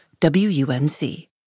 WUNC